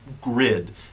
grid